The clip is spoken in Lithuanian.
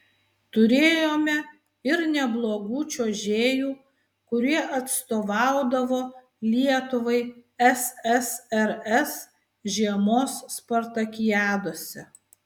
turėjome ir neblogų čiuožėjų kurie atstovaudavo lietuvai ssrs žiemos spartakiadose